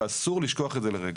ואסור לשכוח את זה לרגע.